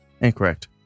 Incorrect